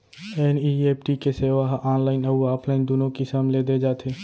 NEFT के सेवा ह ऑनलाइन अउ ऑफलाइन दूनो किसम ले दे जाथे